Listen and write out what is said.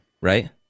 right